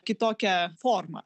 kitokia forma